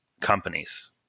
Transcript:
companies